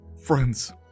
friends